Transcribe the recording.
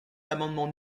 l’amendement